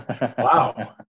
Wow